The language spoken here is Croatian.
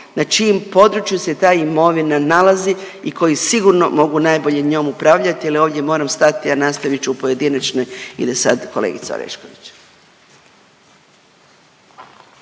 na čijem području se ta imovina nalazi i koji sigurno mogu najbolje njom upravljati ali ovdje moram stati, a nastavit ću u pojedinačnoj jer je sad kolegica Orešković.